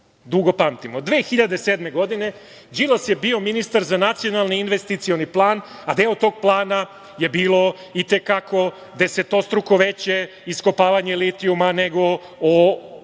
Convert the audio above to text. dugo pamtimo, 2007. godine Đilas je bio ministar za nacionalni investicioni plan a deo tog plana je bilo i te kako desetostruko veće iskopavanje litijuma nego